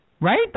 Right